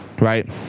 right